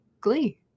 glee